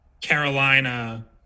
Carolina